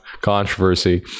controversy